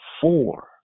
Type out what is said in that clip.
four